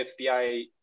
FBI